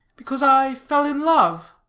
because i fell in love.